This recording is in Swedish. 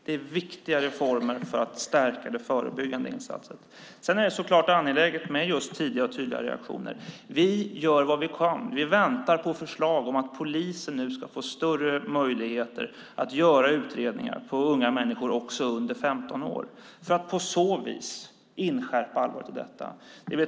Det är viktiga reformer för att stärka de förebyggande insatserna. Sedan är det angeläget med just tidiga och tydliga reaktioner. Vi gör vad vi kan. Vi väntar på förslag om att polisen nu ska få större möjligheter att göra utredningar om unga människor, även om unga människor under 15 år, för att på så sätt inskärpa allvaret i detta.